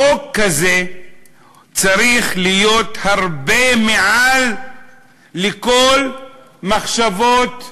חוק כזה צריך להיות הרבה מעל לכל המחשבות האחרות.